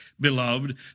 beloved